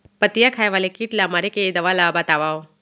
पत्तियां खाए वाले किट ला मारे के दवा ला बतावव?